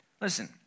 Listen